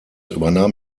übernahm